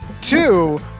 Two